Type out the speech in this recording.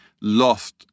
lost